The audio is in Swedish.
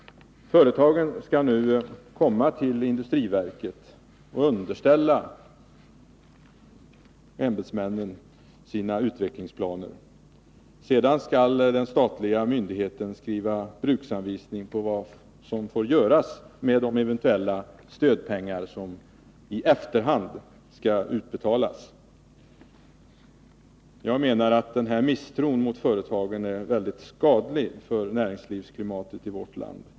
Företagen skall nu komma till industriverket och underställa ämbetsmännen sina utvecklingsplaner. Sedan skall den statliga myndigheten skriva bruksanvisningar för vad som får göras med de eventuella stödpengar som industriverket i efterhand skall utbetala. Jag menar att denna misstro mot företagen är väldigt skadlig för näringslivsklimatet i vårt land.